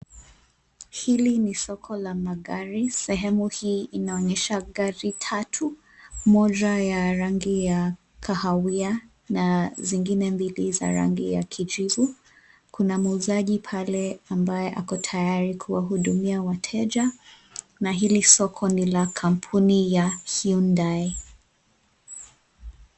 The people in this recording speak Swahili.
Hili ni soko la magari sehemu hii inaonyesha gari tatu, moja ya rangi ya kahawia, na zingine mbili za rangi ya kijivu. Kuna muuzaji pale ambaye ako tayari kuwahudumia wateja na hili soko nila kampuni ya Hyundai.